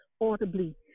audibly